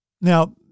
Now